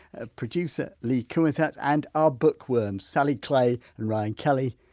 ah producer lee kumutat and our book worms sally clay and ryan kelly.